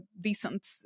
decent